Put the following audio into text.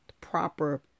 proper